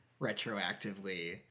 retroactively